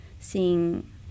seeing